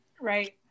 Right